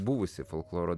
buvusi folkloro